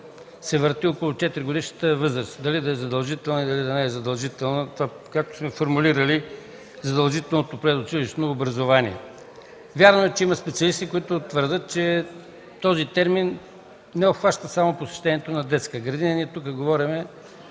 се върти около 4-годишната възраст – дали да е задължително или да не е задължително, както сме формулирали задължителното предучилищно образование. Вярно е, има специалисти, които твърдят, че този термин не обхваща само посещението на детска градина. Ние тук говорим